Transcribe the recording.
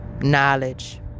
knowledge